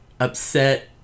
Upset